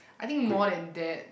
I think more than that